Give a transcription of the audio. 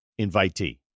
invitee